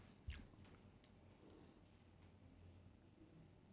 uh a a few more there's a there's a there's a flag